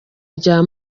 rya